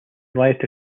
riot